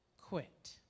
quit